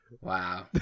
wow